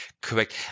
Correct